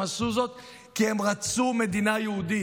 הם עשו זאת כי הם רצו מדינה יהודית.